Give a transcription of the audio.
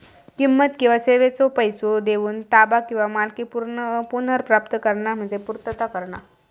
किंमत किंवा सेवेचो पैसो देऊन ताबा किंवा मालकी पुनर्प्राप्त करणा म्हणजे पूर्तता करणा